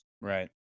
Right